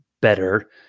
better